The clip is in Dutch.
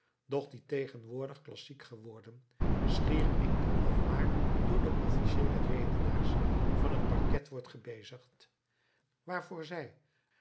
doch die tegenwoordig klassiek geworden schier enkel nog maar door de officieele redenaars van het parket wordt gebezigd waarvoor zij